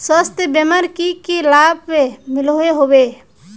स्वास्थ्य बीमार की की लाभ मिलोहो होबे?